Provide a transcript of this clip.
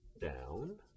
down